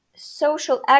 Social